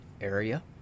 area